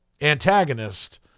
antagonist